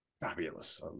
fabulous